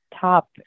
top